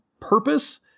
purpose